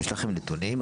יש לכם נתונים?